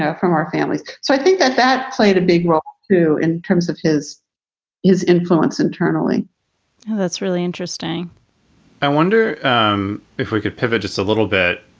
ah from our families. so i think that that played a big role, too, in terms of his his influence internally that's really interesting i wonder um if we could pivot just a little bit.